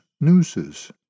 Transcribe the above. nooses